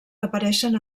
apareixen